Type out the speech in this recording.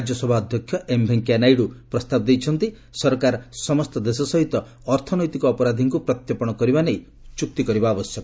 ରାଜ୍ୟସଭା ଅଧ୍ୟକ୍ଷ ଏମ୍ ଭେଙ୍କିୟା ନାଇଡୂ ପ୍ରସ୍ତାବ ଦେଇଛନ୍ତି ସରକାର ସମସ୍ତ ଦେଶ ସହିତ ଅର୍ଥନୈତିକ ଅପରାଧକ୍କ ପ୍ରତ୍ୟର୍ପଣ କରିବା ନେଇ ଚୁକ୍ତି କରିବା ଆବଶ୍ୟକ